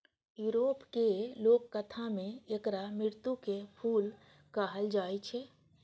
यूरोपक लोककथा मे एकरा मृत्युक फूल कहल जाए छै